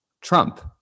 Trump